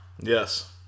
Yes